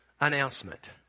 announcement